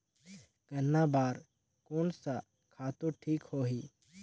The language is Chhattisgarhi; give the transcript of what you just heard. गन्ना बार कोन सा खातु ठीक होही?